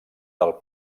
del